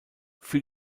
für